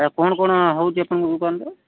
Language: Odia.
କ'ଣ କ'ଣ ହେଉଛି ଆପଣଙ୍କ ଦୋକାନରେ